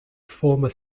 former